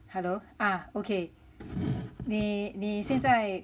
hello ah okay 你你现在